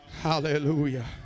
Hallelujah